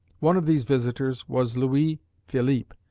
one of these visitors was louis philippe,